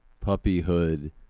puppyhood